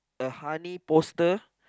the honey poster